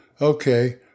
Okay